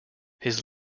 his